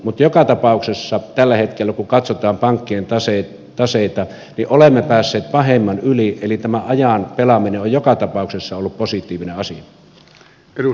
mutta joka tapauksessa tällä hetkellä kun katsotaan pankkien taseita niin olemme päässeet pahemman yli eli tämä ajan pelaaminen on joka tapauksessa ollut positiivinen asia